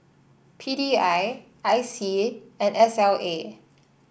P D I I C and S L A